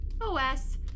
OS